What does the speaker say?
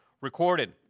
recorded